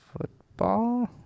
football